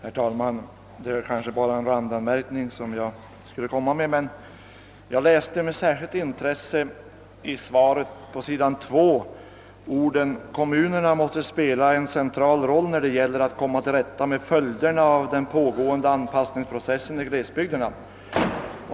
Herr talman! Jag vill egentligen bara göra en randanmärkning. Med särskilt intresse läste jag i svaret, att kommunerna »måste spela en central roll när det gäller att komma till rätta med följderna av den pågående anpassningsprocessen i glesbygderna».